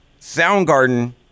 Soundgarden